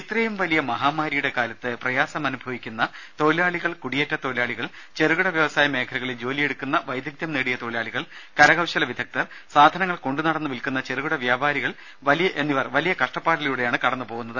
ഇത്രയും വലിയ മഹാമാരിയുടെ കാലത്ത് പ്രയാസമനുഭവിക്കുന്ന തൊഴിലാളികൾ കുടിയേറ്റ തൊഴിലാളികൾ ചെറുകിട വ്യവസായ മേഖലകളിൽ ജോലിയെടുക്കുന്ന വൈദഗ്ധ്യം നേടിയ തൊഴിലാളികൾ കരകൌശല വിദഗ്ധർ സാധനങ്ങൾ കൊണ്ടുനടന്ന് വിൽക്കുന്ന ചെറുകിട വ്യാപാരികൾ തുടങ്ങിയവർ വലിയ കഷ്ടപ്പാടിലൂടെയാണ് കടന്നു പോകുന്നത്